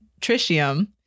tritium